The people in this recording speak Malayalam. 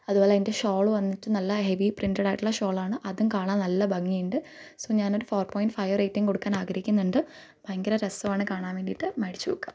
അതുപോലെ അതിന്റെ ഷോള് വന്നിട്ട് നല്ല ഹെവി പ്രിൻ്റഡായിട്ടുള്ള ഷോളാണ് അതും കാണാൻ നല്ല ഭംഗിയുണ്ട് സോ ഞാൻ ഒരു ഫോർ പോയിൻ്റ് ഫൈവ് റേറ്റ്ങ്ങ് കൊടുക്കാൻ ആഗ്രഹിക്കുന്നുണ്ട് ഭയങ്കര രസമാണ് കാണാൻ വേണ്ടിട്ട് മേടിച്ചു നോക്കുക